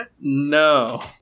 No